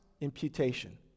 imputation